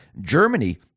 Germany